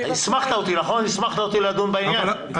הסמכת אותי לדון בעניין, נכון?